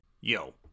Yo